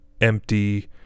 empty